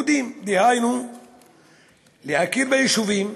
היהודיים, דהיינו להכיר ביישובים,